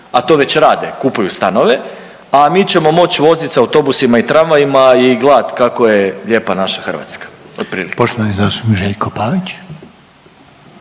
a to već rade, kupuju stanove, a mi ćemo moći vozit se autobusima i tramvajima i gledat kako je lijepa naša Hrvatska, otprilike.